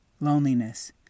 loneliness